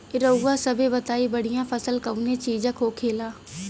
रउआ सभे बताई बढ़ियां फसल कवने चीज़क होखेला?